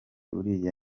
uriya